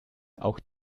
auch